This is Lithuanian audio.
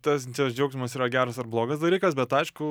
tas tas džiaugsmas yra geras ar blogas dalykas bet aišku